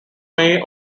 may